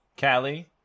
Callie